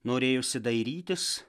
norėjosi dairytis